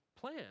plan